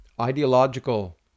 ideological